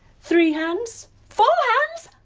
three hands, four hands,